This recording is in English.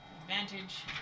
advantage